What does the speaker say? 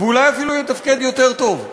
ואולי אפילו יתפקד יותר טוב.